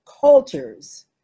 cultures